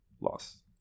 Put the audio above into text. Loss